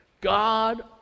God